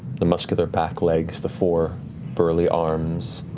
the muscular back legs, the four burly arms